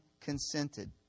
consented